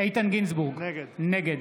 איתן גינזבורג, נגד